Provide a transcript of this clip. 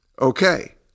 Okay